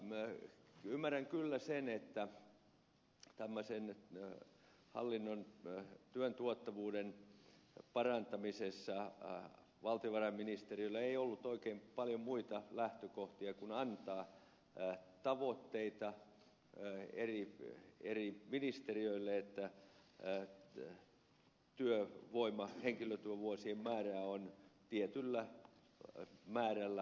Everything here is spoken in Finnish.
mutta ymmärrän kyllä sen että hallinnon työn tuottavuuden parantamisessa valtiovarainministeriöllä ei ollut oikein paljon muita lähtökohtia kuin antaa tavoitteita eri ministeriöille että henkilötyövuosien määrää on tietyllä määrällä alennettava